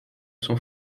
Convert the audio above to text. son